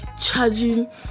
charging